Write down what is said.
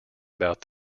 about